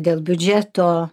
dėl biudžeto